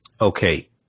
Okay